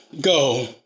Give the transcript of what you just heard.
go